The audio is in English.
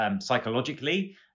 psychologically